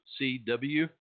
CW